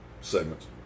segments